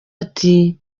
ati